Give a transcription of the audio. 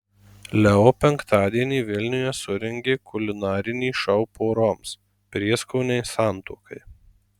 leo penktadienį vilniuje surengė kulinarinį šou poroms prieskoniai santuokai